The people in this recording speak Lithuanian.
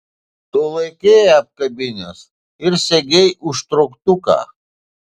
tu laikei ją apkabinęs ir segei užtrauktuką